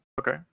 Okay